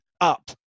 up